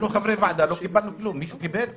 אנחנו חברי ועדה לא קיבלנו כלום, מישהו קיבל?